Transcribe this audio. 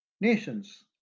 nations